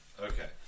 Okay